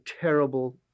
terrible